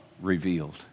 revealed